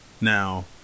now